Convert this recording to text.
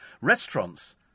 Restaurants